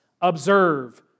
observe